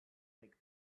make